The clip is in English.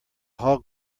hog